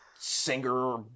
singer